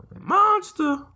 Monster